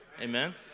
Amen